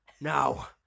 Now